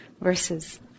verses